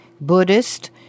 Buddhist